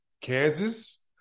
Kansas